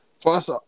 plus